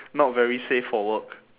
not very safe for work